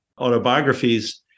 autobiographies